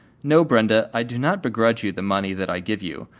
no, brenda, i do not begrudge you the money that i give you,